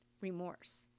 remorse